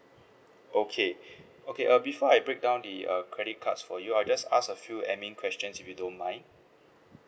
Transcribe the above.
okay okay uh before I break down the uh credit cards for you I'll just ask a few admin questions if you don't mind